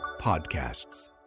Podcasts